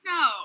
No